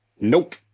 nope